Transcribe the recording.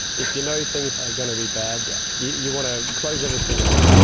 if you know things are going to be bad you want to close everything up,